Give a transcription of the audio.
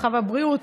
הרווחה והבריאות,